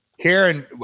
Karen